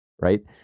Right